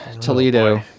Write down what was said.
Toledo